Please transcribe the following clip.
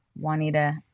Juanita